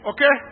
Okay